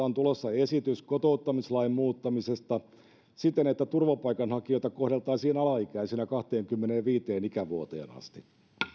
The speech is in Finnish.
on tulossa esitys kotouttamislain muuttamisesta siten että turvapaikanhakijoita kohdeltaisiin alaikäisinä kahteenkymmeneenviiteen ikävuoteen asti